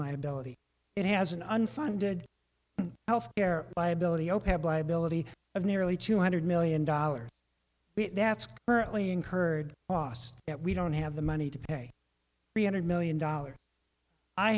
liability it has an unfunded health care liability opap liability of nearly two hundred million dollars that's currently incurred last that we don't have the money to pay three hundred million dollars i